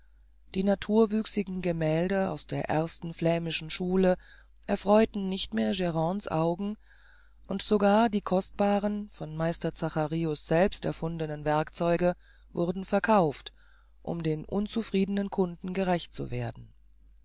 die naturwüchsigen gemälde aus der ersten flämischen schule erfreuten nicht mehr grande's auge und sogar die kostbaren von meister zacharins selbst erfundenen werkzeuge wurden verkauft um den unzufriedenen kunden gerecht zu werden